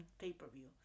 pay-per-view